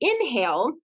inhale